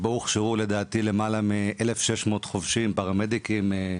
שבו הוכשרו למעלה מ-1,600 חובשים, פרמדיקים,